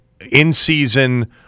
in-season